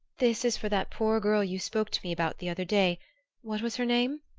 this is for that poor girl you spoke to me about the other day what was her name?